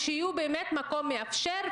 ושיהיו באמת מקום מאפשר,